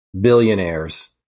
billionaires